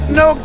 no